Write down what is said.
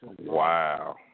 Wow